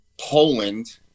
Poland